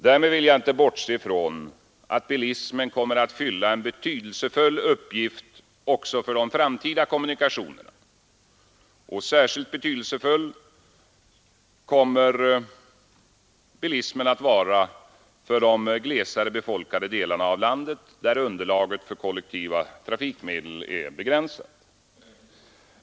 Därmed vill jag inte bortse från att den kommer att fylla en betydelsefull uppgift också för de framtida kommunikationerna, särskilt för de glesare befolkade delarna av landet där underlaget för kollektiva trafikmedel är begränsat.